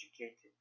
educated